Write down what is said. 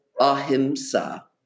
ahimsa